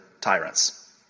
tyrants